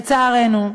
לצערנו,